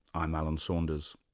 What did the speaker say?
i'm alan saunders.